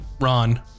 Ron